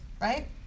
right